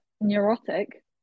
neurotic